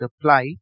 apply